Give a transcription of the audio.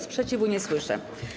Sprzeciwu nie słyszę.